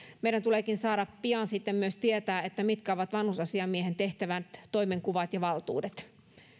meidän tuleekin saada pian myös tietää mitkä ovat vanhusasiamiehen tehtävän toimenkuvat ja valtuudet